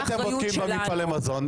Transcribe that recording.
איך אתם בודקים במפעלי המזון?